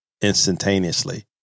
instantaneously